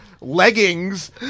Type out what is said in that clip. leggings